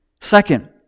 Second